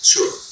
Sure